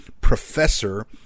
professor